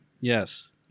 Yes